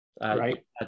right